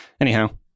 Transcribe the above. Anyhow